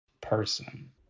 person